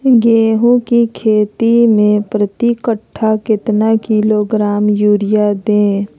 गेंहू की खेती में प्रति कट्ठा कितना किलोग्राम युरिया दे?